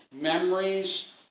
memories